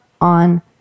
on